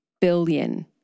billion